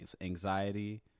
anxiety